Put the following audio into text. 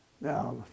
Now